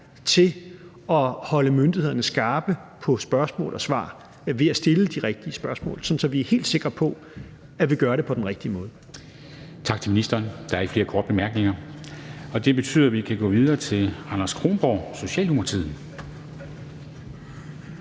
til at holde myndighederne skarpe på spørgsmål og svar ved at stille de rigtige spørgsmål, sådan at vi er helt sikre på, at vi gør det på den rigtige måde. Kl. 10:15 Formanden (Henrik Dam Kristensen): Tak til ministeren. Der er ikke flere korte bemærkninger, og det betyder, at vi kan gå videre til Anders Kronborg, Socialdemokratiet.